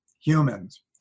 humans